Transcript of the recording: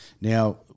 Now